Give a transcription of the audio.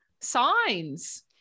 signs